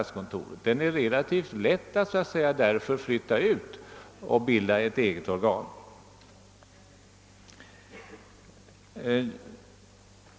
Därför är det relativt lätt att flytta ut den enheten och av den bilda ett eget organ.